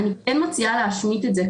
אני מציעה להשמיט את זה,